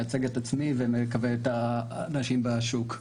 אני מייצג את עצמי ואני מקווה שגם את האנשים בשוק.